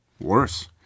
worse